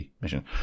mission